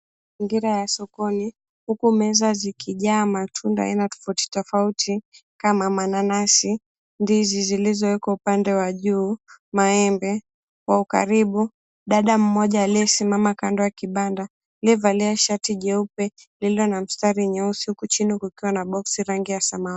Mazingira ya sokoni, ukumeza zikijaa matunda aina tofauti tofauti kama mananasi, ndizi zilizowekwa upande wa juu, maembe kwa ukaribu, dada mmoja aliyesimama kando ya kibanda, alivalia shati jeupe lililo na mstari mweusi huku chini kukiwa na boksi rangi ya samawati.